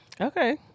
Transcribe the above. Okay